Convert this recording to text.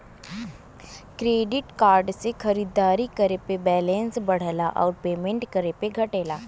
credit card से खरीदारी करे पे बैलेंस बढ़ला आउर पेमेंट करे पे घटला